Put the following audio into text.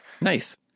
Nice